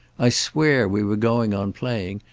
i swear we were going on playing,